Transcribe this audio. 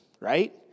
right